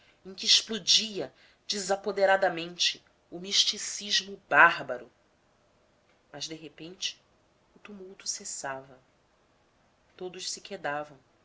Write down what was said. em que explodia desapoderadamente o misticismo bárbaro mas de repente o tumulto cessava todos se quedavam